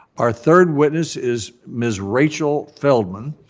our third witness is ms. rachelle feldman,